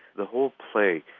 the whole play.